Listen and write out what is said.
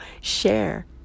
share